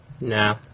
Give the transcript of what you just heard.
No